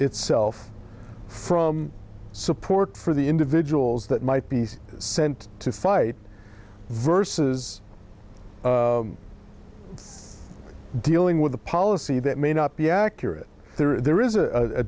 itself from support for the individuals that might be sent to fight versus dealing with a policy that may not be accurate there is a